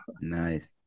Nice